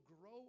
grow